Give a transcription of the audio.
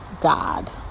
God